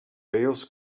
bales